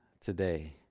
today